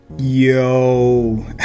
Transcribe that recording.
Yo